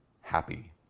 happy